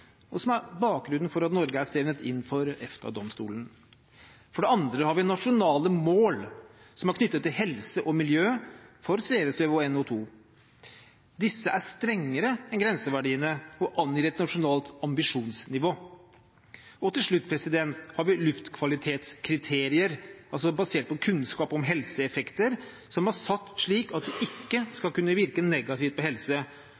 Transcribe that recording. og som er bakgrunnen for at Norge er stevnet inn for EFTA-domstolen. For det andre har vi nasjonale mål som er knyttet til helse og miljø, for svevestøv og NO2. Disse er strengere enn grenseverdiene og angir et nasjonalt ambisjonsnivå. Og til slutt har vi luftkvalitetskriterier, basert på kunnskap om helseeffekter, som er satt slik at det ikke skal kunne virke negativt på helse,